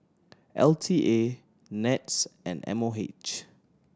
L T A NETS and M O H